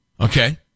okay